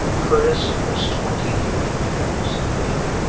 curtis was twenty three years of age.